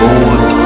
Lord